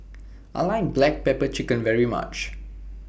I like Black Pepper Chicken very much